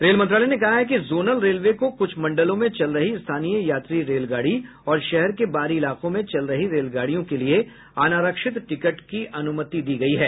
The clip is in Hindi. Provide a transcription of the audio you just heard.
रेल मंत्रालय ने कहा है कि जोनल रेलवे को कुछ मंडलों में चल रही स्थानीय यात्री रेलगाडी और शहर के बाहरी इलाकों में चल रही रेलगाडियों के लिए अनारक्षित टिकट के अनुमति दी गई है